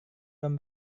tom